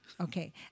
Okay